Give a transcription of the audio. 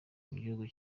mugihugu